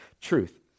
truth